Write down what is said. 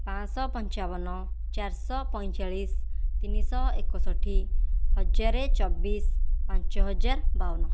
ପାଞ୍ଚଶହ ପଞ୍ଚାବନ ଚାରିଶହ ପଇଁଚାଳିଶ ତିନିଶହ ଏକଷଠି ହଜାରେ ଚୋବିଶ ପାଞ୍ଚ ହଜାର ବାବନ